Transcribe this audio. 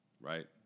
Right